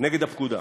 נגד הפקודה.